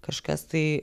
kažkas tai